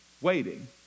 waiting